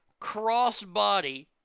crossbody